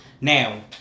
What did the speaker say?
now